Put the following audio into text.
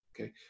okay